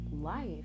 life